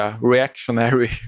reactionary